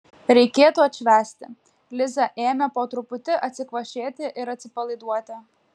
reikėtų atšvęsti liza ėmė po truputį atsikvošėti ir atsipalaiduoti